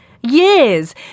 years